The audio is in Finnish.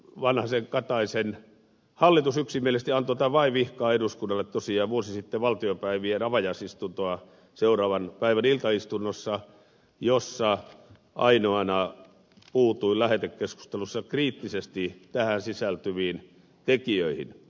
vanhasenkataisen hallitus yksimielisesti antoi tämän vaivihkaa eduskunnalle tosiaan vuosi sitten valtiopäivien avajaisistuntoa seuraavan päivän iltaistunnossa jossa ainoana puutuin lähetekeskustelussa kriittisesti tähän sisältyviin tekijöihin